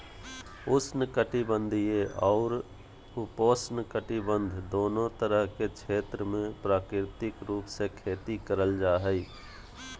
उष्ण कटिबंधीय अउर उपोष्णकटिबंध दोनो तरह के क्षेत्र मे प्राकृतिक रूप से खेती करल जा हई